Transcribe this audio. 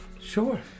Sure